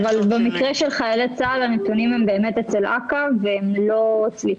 אבל במקרה של חיילי צה"ל הנתונים הם באמת אצל אכ"א ולא אצלי.